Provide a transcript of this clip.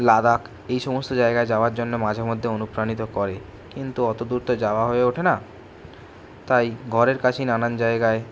লাদাখ এই সমস্ত জায়গায় যাওয়ার জন্য মাঝেমধ্যে অনুপ্রাণিত করে কিন্তু অত দূর তো যাওয়া হয়ে ওঠে না তাই ঘরের কাছেই নানান জায়গায়